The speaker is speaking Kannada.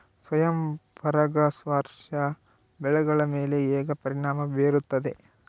ಸ್ವಯಂ ಪರಾಗಸ್ಪರ್ಶ ಬೆಳೆಗಳ ಮೇಲೆ ಹೇಗೆ ಪರಿಣಾಮ ಬೇರುತ್ತದೆ?